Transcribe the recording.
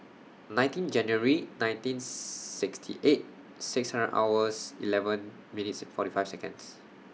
nineteen January nineteen sixty eight six hundred hours eleven minutes forty five Seconds